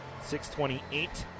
6:28